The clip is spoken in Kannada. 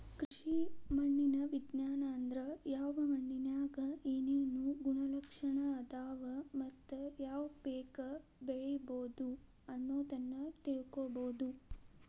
ಕೃಷಿ ಮಣ್ಣಿನ ವಿಜ್ಞಾನ ಅಂದ್ರ ಯಾವ ಮಣ್ಣಿನ್ಯಾಗ ಏನೇನು ಗುಣಲಕ್ಷಣ ಅದಾವ ಮತ್ತ ಯಾವ ಪೇಕ ಬೆಳಿಬೊದು ಅನ್ನೋದನ್ನ ತಿಳ್ಕೋಬೋದು